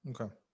Okay